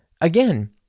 again